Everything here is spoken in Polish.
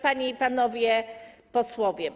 Panie i Panowie Posłowie!